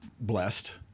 blessed